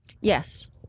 Yes